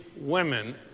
women